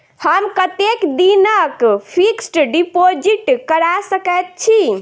हम कतेक दिनक फिक्स्ड डिपोजिट करा सकैत छी?